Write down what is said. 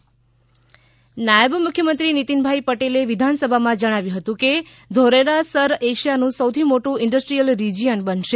ધોલેરા સર નિતીન પટેલ નાયબ મુખ્યમંત્રી નીતિનભાઇ પટેલે વિધાનસભામાં જણાવ્યું હતું કે ધોલેરા સર એશિયાનું સૌથી મોટું ઇન્ડસ્ટ્રીઅલ રિજિયન બનશે